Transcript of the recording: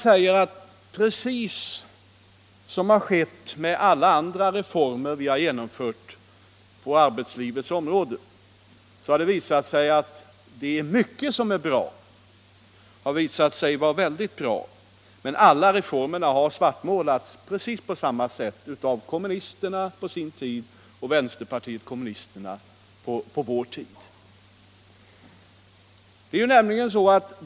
Vid alla reformer som vi har genomfört på arbetslivets område har det visat sig att mycket har varit bra, men alla reformer har svartmålats precis på samma sätt av kommunisterna på sin tid och av vänsterpartiet kommunisterna under vår tid.